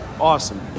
Awesome